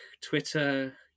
Twitter